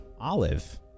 Olive